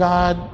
God